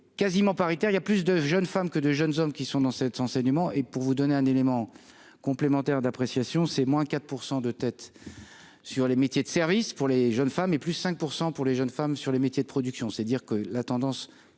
quasiment paritaire, il y a plus de jeunes femmes que de jeunes hommes qui sont dans cet enseignement et pour vous donner un élément complémentaire d'appréciation c'est moins 4 pour 100 de tête sur les métiers de service pour les jeunes femmes et plus 5 % pour les jeunes femmes sur les métiers de production, c'est dire que la tendance